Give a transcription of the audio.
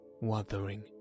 wuthering